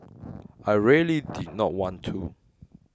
I really did not want to